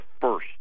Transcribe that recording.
first